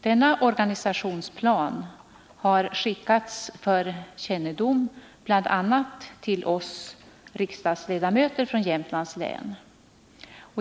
Denna organisationsplan har skickats för kännedom bl.a. till oss riksdagsledamöter från Jämtlands län.